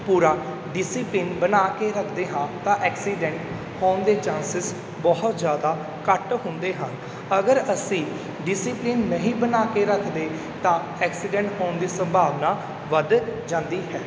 ਪੂਰਾ ਡਿਸੀਪਲੀਨ ਬਣਾ ਕੇ ਰੱਖਦੇ ਹਾਂ ਤਾਂ ਐਕਸੀਡੈਂਟ ਹੋਣ ਦੇ ਚਾਂਸਿਸ ਬਹੁਤ ਜ਼ਿਆਦਾ ਘੱਟ ਹੁੰਦੇ ਹਨ ਅਗਰ ਅਸੀਂ ਡਿਸੀਪਲੀਨ ਨਹੀਂ ਬਣਾ ਕੇ ਰੱਖਦੇ ਤਾਂ ਐਕਸੀਡੈਂਟ ਹੋਣ ਦੀ ਸੰਭਾਵਨਾ ਵੱਧ ਜਾਂਦੀ ਹੈ